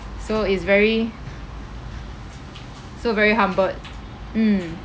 so it's very so very humbled mm